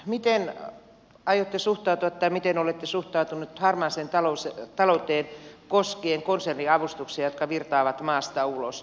miten aiotte suhtautua tai miten olette suhtautunut harmaaseen talouteen koskien konserniavustuksia jotka virtaavat maasta ulos